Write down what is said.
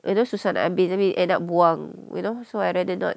you know susah nak habis abeh end up buang you know so I rather not